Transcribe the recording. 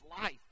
life